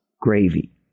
gravy